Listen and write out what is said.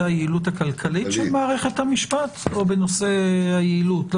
היעילות הכלכלית של בית המשפט או בנושא היעילות?